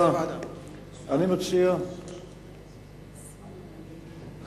אני אסתפק בזה שנעביר את הדיון לוועדה.